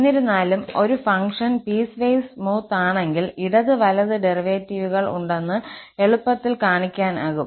എന്നിരുന്നാലും ഒരു function piecewise smooth ആണെങ്കിൽ ഇടത് വലത് ഡെറിവേറ്റീവുകൾ ഉണ്ടെന്ന് എളുപ്പത്തിൽ കാണിക്കാനാകും